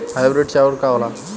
Hybrid चाउर का होला?